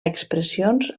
expressions